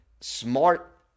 smart